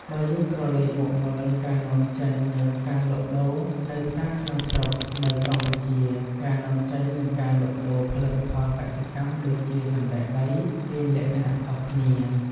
បើយើងក្រលេកមកមើលការនាំចេញនិងការលក់ដូរនៅផ្សារក្នុងស្រុក នៅកម្ពុជា ការនាំចេញ និងការលក់ដូរផលិតផលកសិកម្មដូចជាសណ្ដែកដីមានលក្ខណៈខុសគ្នា។